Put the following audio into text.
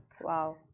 Wow